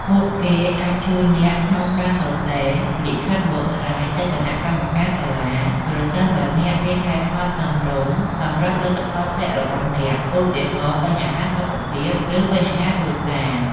ពួកគេអាចជួយអ្នកក្នុងការសរសេរ លិខិតបកស្រាយ ទៅគណៈកម្មការសាលា ប្រសិនបើអ្នកមានហេតុផលសមរម្យសម្រាប់លទ្ធផលធ្លាក់របស់អ្នក ឧទាហរណ៍ បញ្ហាសុខភាព ឬបញ្ហាគ្រួសារ។